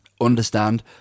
understand